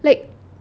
like